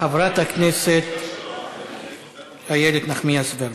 חברת הכנסת איילת נחמיאס ורבין.